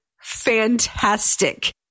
fantastic